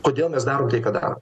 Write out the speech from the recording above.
kodėl mes darom tai ką darom